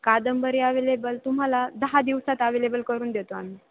कादंबरी अवेलेबल तुम्हाला दहा दिवसात अवेलेबल करून देतो आम्ही